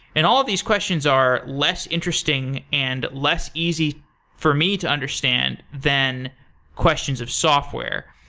and all of these questions are less interesting and less easy for me to understand than questions of software.